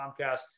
Comcast